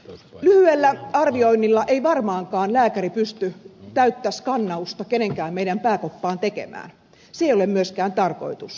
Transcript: lyhyellä arvioinnilla ei varmaankaan lääkäri pysty täyttä skannausta kenenkään meidän pääkoppaamme tekemään se ei ole myöskään tarkoitus